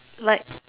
like